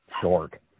short